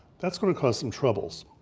that's gonna cause some troubles.